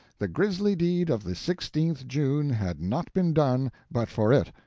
the grisly deed of the sixteenth june had not been done but for it,